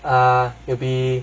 ah it'll be